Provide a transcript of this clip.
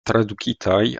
tradukitaj